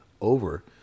over